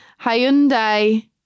hyundai